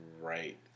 right